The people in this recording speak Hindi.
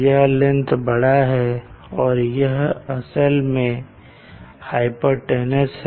यह लेंथ बड़ा है और यह असल में हाइपाटनूस है